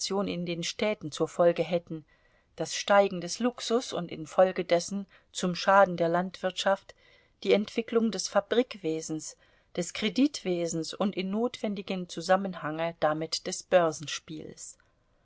in den städten zur folge hätten das steigen des luxus und infolgedessen zum schaden der landwirtschaft die entwicklung des fabrikwesens des kreditwesens und in notwendigem zusammenhange damit des börsenspiels